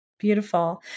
Beautiful